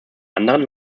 anderen